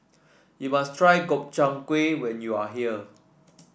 you must try Gobchang Gui when you are here